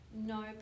no